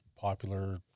popular